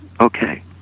okay